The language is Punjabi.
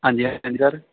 ਹਾਂਜੀ ਹਾਂਜੀ ਸਰ